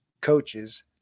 coaches